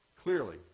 Clearly